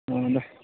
अ दे